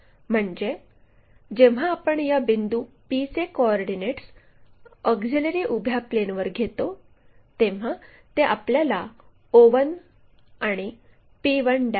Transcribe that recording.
म्हणजे जेव्हा आपण या बिंदू p चे कोऑर्डिनेट्स ऑक्झिलिअरी उभ्या प्लेनवर घेतो तेव्हा ते आपल्याला o1 आणि p1 देते